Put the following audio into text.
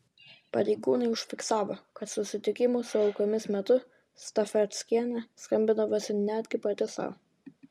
pareigūnai užfiksavo kad susitikimų su aukomis metu stafeckienė skambindavosi netgi pati sau